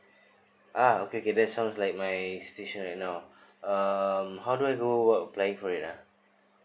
ah okay okay that sounds like my situation right now um how do I go apply for it ah